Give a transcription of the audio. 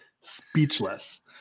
speechless